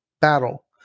battle